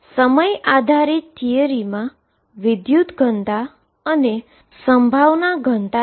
તેથી સમય આધારીત થિયરીમાં કરન્ટ ડેન્સીટી અને પ્રોબેબીલીટી ડેન્સીટી છે